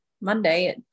Monday